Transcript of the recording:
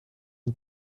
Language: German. und